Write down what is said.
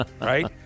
right